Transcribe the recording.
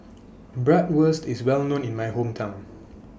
Bratwurst IS Well known in My Hometown